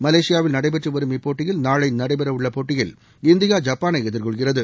மலேசியாவில் நடைபெற்றுவரும் இப்போட்டியில் நாளை நடைபெற உள்ள போட்டியில் இந்தியா ஜப்பானை எதிர்கொள்கிறது